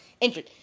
injured